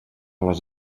les